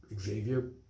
Xavier